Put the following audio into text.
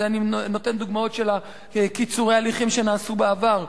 אני נותן דוגמאות של קיצורי ההליכים שנעשו בעבר,